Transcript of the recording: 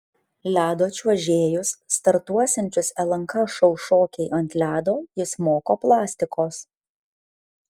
ledo čiuožėjus startuosiančius lnk šou šokiai ant ledo jis moko plastikos